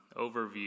overview